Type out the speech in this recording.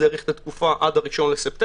זה האריך את התקופה עד ה-1 בספטמבר,